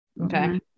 Okay